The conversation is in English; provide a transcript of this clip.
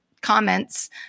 comments